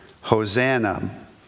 Hosanna